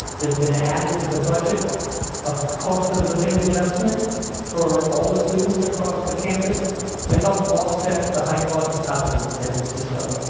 there's been added to the budget a cost of living adjustment for all the students across the campus to help offset the high cost of housing in san francisco.